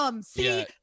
See